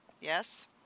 Yes